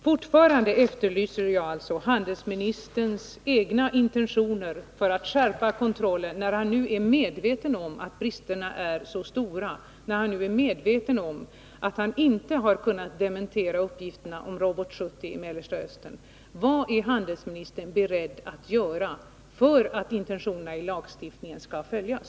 Fortfarande efterlyser jag handelsministerns egna intentioner avseende skärpning av kontrollen, när han nu är medveten om att bristerna är så stora, och avseende att han inte har någon dementerande uppgift att lämna beträffande Robot 70i Mellanöstern. Vad är handelsministern beredd att göra för att intentionerna i lagstiftningen skall följas?